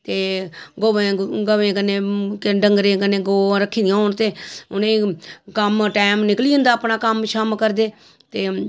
ते गवें कन्नै डंगरें कन्नै गवां रक्खी दियां होन ते उनें गी कम्म टैम निकली जंदा अपना कम्म शम्म करदे ते